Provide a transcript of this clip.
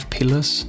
Pillars